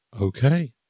Okay